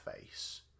face